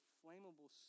flammable